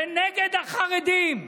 הם נגד החרדים.